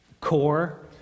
core